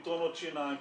פתרונות שיניים,